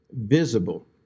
visible